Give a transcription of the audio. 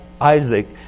Isaac